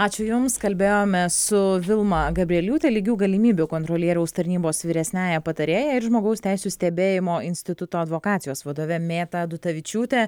ačiū jums kalbėjome su vilma gabrieliūtė lygių galimybių kontrolieriaus tarnybos vyresniąja patarėja ir žmogaus teisių stebėjimo instituto advokacijos vadove mėta adutavičiūte